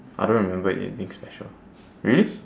I don't remember anything special really